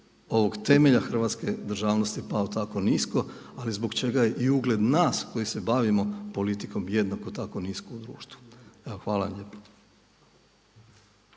ovog temelja hrvatske državnosti pao tako nisko, ali zbog čega je i ugled nas koji se bavimo politikom jednako tako nisko u društvu. Evo, hvala vam lijepa.